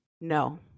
No